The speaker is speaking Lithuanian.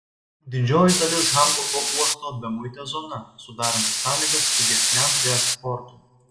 didžioji dalis hamburgo uosto bemuitė zona sudaranti sąlygas pigesniam reeksportui